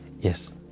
Yes